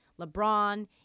LeBron